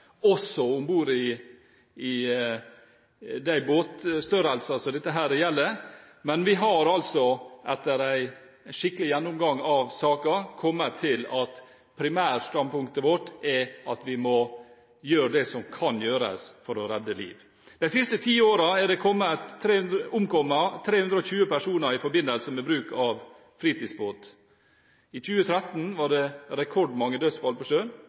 også om bord i de båtstørrelser som dette gjelder, men vi har etter en skikkelig gjennomgang av saken, kommet til at primærstandpunktet vårt er at vi må gjøre det som kan gjøres for å redde liv. De siste ti årene er det omkommet 320 personer i forbindelse med bruk av fritidsbåt. I 2013 var det rekordmange dødsfall på sjøen,